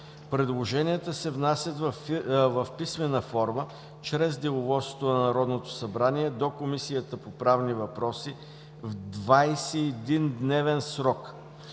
Предложенията се внасят в писмена форма чрез Деловодството на Народното събрание до Комисията по правни въпроси в 21-дневен срок